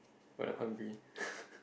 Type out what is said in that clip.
but I'm hungry